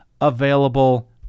available